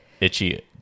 itchy